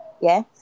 yes